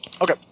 Okay